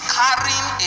carrying